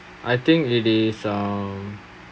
I think it is um